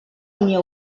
unió